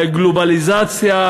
גלובליזציה,